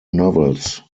novels